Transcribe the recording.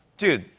dude,